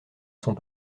sont